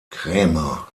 krämer